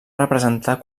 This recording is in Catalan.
representar